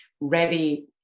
ready